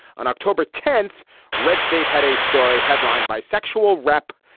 on october tenth red state had a story headlined bisexual rep.